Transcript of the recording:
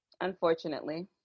Unfortunately